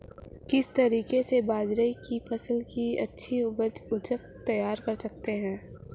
किस तरीके से बाजरे की फसल की अच्छी उपज तैयार कर सकते हैं?